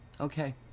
Okay